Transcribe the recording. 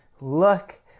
look